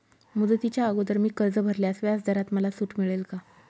मुदतीच्या अगोदर मी कर्ज भरल्यास व्याजदरात मला सूट मिळेल का?